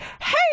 hey